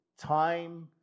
time